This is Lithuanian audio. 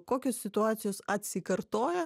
kokios situacijos atsikartoja